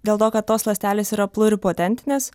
dėl to kad tos ląstelės yra pluripotentinės